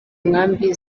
nkambi